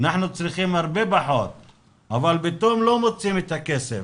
אנחנו צריכים הרבה פחות אבל פתאום לא מוצאים את הכסף.